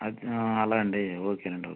అ అలా అండి ఓకే అండి